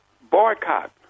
boycott